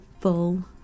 full